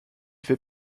fait